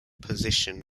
position